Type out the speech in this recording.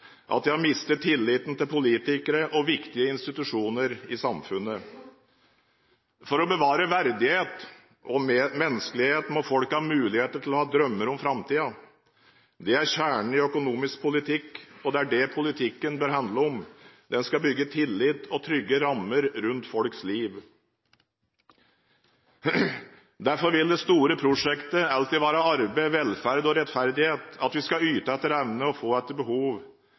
at de har mistet tilliten til politikere og viktige institusjoner i samfunnet. For å bevare verdighet og menneskelighet må folk ha mulighet til å ha drømmer om framtiden. Det er kjernen i økonomisk politikk, og det er det politikken bør handle om. Den skal bygge tillit og trygge rammer rundt folks liv. Derfor vil det store prosjektet alltid være arbeid, velferd og rettferdighet – at vi skal yte etter evne og få etter behov,